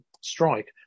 strike